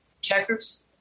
Checkers